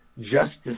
justice